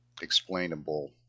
explainable